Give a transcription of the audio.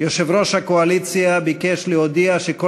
יושב-ראש הקואליציה ביקש להודיע שכל